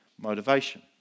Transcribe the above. motivation